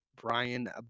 Brian